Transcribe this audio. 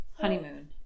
honeymoon